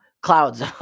clouds